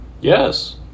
Yes